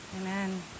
Amen